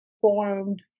formed